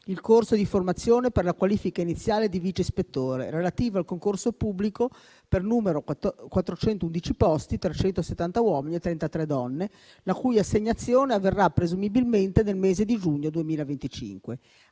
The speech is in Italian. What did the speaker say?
il corso di formazione per la qualifica iniziale di vice ispettore relativo al concorso pubblico per 411 posti (370 uomini e 33 donne), la cui assegnazione avverrà presumibilmente nel mese di giugno 2025.